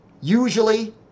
usually